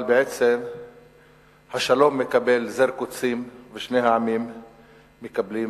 אבל בעצם השלום מקבל זר קוצים, ושני העמים מקבלים